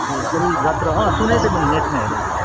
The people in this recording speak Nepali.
ए सुरुल जात्रा अँ सुनेको थिएँ मैले नेटमा हेरेको थिएँ